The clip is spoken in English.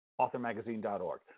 authormagazine.org